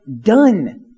done